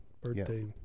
birthday